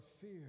fear